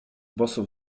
boso